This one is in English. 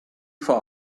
for